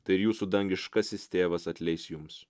tai jūsų dangiškasis tėvas atleis jums